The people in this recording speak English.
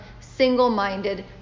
single-minded